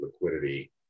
liquidity